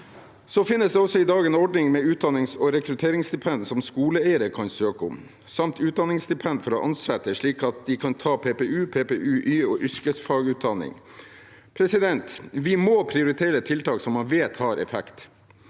Det finnes i dag også en ordning med utdannings- og rekrutteringsstipend som skoleeiere kan søke om, samt utdanningsstipend for ansatte, slik at de kan ta PPU, PPU-Y og yrkesfaglærerutdanning. Vi må prioritere tiltak som man vet har effekt.